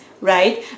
right